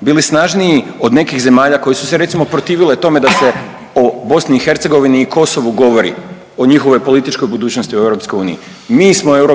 bili snažniji od nekih zemalja koje su se recimo protivile tome da se o BiH i Kosovu govori, o njihovoj političkoj budućnosti u EU. Mi smo EU,